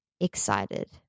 excited